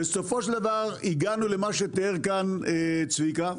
בסופו של דבר הגענו למה שתיאר כאן צביקה,